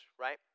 right